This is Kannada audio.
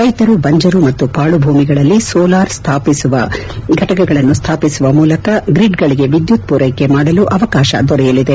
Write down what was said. ರೈತರು ಬಂಜರು ಮತ್ತು ಪಾಳುಭೂಮಿಗಳಲ್ಲಿ ಸೋಲಾರ್ ಫಟಕಗಳನ್ನು ಸ್ಥಾಪಿಸುವ ಮೂಲಕ ಗ್ರಿಡ್ಗಳಿಗೆ ವಿದ್ಯುತ್ ಪೂರೈಕೆ ಮಾಡಲು ಅವಕಾಶ ದೊರೆಯಲಿದೆ